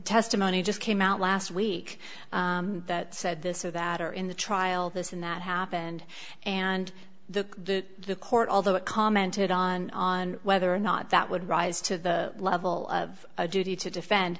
testimony just came out last week that said this or that or in the trial this and that happened and the the court although it commented on on whether or not that would rise to the level of a duty to defend